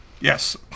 yes